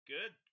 Good